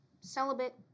celibate